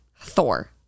Thor